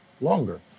longer